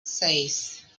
seis